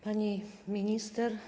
Pani Minister!